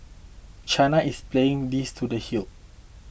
China is playing this to the hill